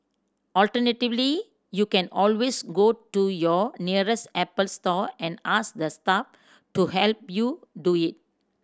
alternatively you can always go to your nearest Apple store and ask the staff to help you do it